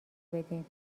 بدین